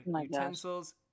utensils